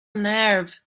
nerve